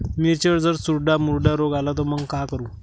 मिर्चीवर जर चुर्डा मुर्डा रोग आला त मंग का करू?